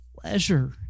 pleasure